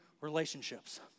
relationships